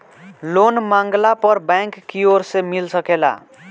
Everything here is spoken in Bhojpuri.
लोन मांगला पर बैंक कियोर से मिल सकेला